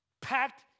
packed